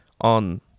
on